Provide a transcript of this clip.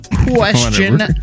Question